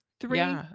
three